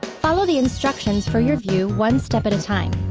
follow the instructions for your view one step at a time.